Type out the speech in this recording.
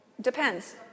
Depends